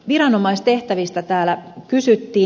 viranomaistehtävistä täällä kysyttiin